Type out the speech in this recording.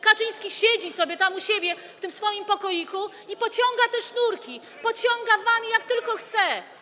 Kaczyński siedzi sobie tam u siebie, w tym swoim pokoiku, i pociąga za sznurki, pociąga wami, jak tylko chce.